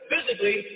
physically